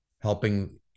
helping